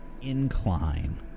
incline